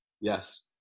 Yes